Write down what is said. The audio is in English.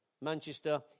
Manchester